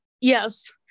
Yes